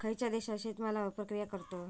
खयच्या देशात शेतमालावर प्रक्रिया करतत?